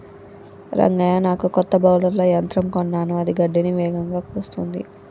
రంగయ్య నాకు కొత్త బౌలర్ల యంత్రం కొన్నాను అది గడ్డిని వేగంగా కోస్తుంది